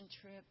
trip